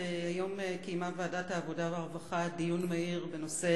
היום קיימה ועדת העבודה והרווחה דיון מהיר בנושא